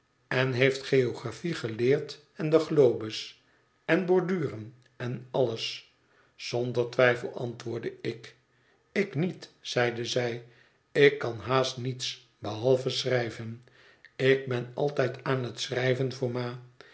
en heeft gcographie geleerd en de globes en borduren en alles zonder twijfel antwoordde ik ik met zeide zij ik kan haast niets behalve schrijven ik ben altijd aan het schrijven